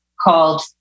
called